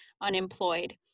unemployed